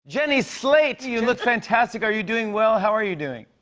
jenny slate, you look fantastic. are you doing well? how are you doing?